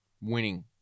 Winning